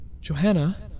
Johanna